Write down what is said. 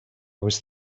was